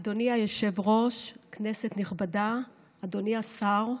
אדוני היושב-ראש, כנסת נכבדה, אדוני השר,